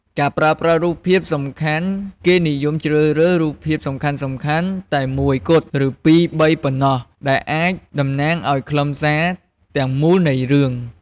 ការប្រើប្រាស់រូបភាពសំខាន់គេនិយមជ្រើសរើស រូបភាពសំខាន់ៗតែមួយគត់ ឬពីរបីប៉ុណ្ណោះ ដែលអាចតំណាងឱ្យខ្លឹមសារទាំងមូលនៃរឿង ។